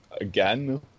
again